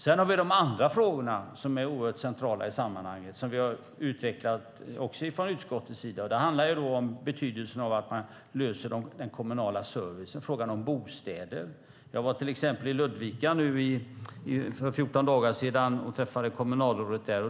Sedan har vi de andra frågorna som är oerhört centrala i sammanhanget och som vi också har utvecklat från utskottets sida. Det handlar om betydelsen av att man löser den kommunala servicen och frågan om bostäder. Jag var i Ludvika för 14 dagar sedan och träffade kommunalrådet där.